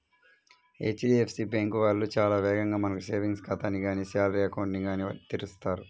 HDFC bank వాళ్ళు చాలా వేగంగా మనకు సేవింగ్స్ ఖాతాని గానీ శాలరీ అకౌంట్ ని గానీ తెరుస్తారు